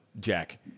Jack